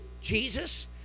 Jesus